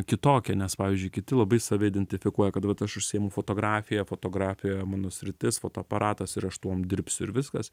kitokia nes pavyzdžiui kiti labai save identifikuoja kad vat aš užsiimu fotografija fotografija mano sritis fotoaparatas ir aš tuom dirbsiu ir viskas